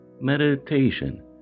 meditation